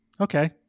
okay